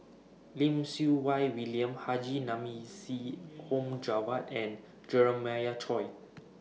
Lim Siew Wai William Haji Namazie Mohd Javad and Jeremiah Choy